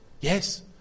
yes